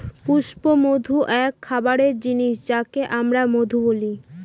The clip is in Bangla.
পুষ্পমধু এক খাবারের জিনিস যাকে আমরা মধু বলি